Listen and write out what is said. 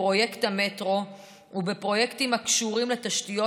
בפרויקט המטרו ובפרויקטים הקשורים לתשתיות,